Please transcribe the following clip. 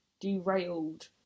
derailed